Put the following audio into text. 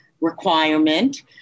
requirement